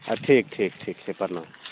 ठीक ठीक ठीक ठीक छै प्रणाम